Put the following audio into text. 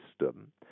system